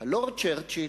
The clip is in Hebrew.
הלורד צ'רצ'יל,